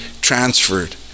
transferred